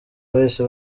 bahise